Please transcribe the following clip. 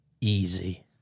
Easy